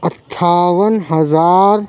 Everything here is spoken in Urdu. اَٹھاون ہزار